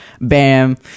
bam